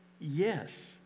Yes